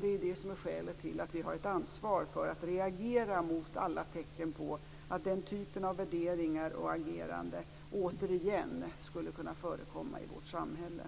Det är det som är skälet till att vi har ett ansvar för att reagera mot alla tecken på att den typen av värderingar och agerande återigen skulle kunna förekomma i vårt samhälle.